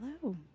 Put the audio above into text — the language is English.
Hello